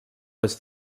was